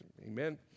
Amen